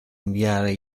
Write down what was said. inviare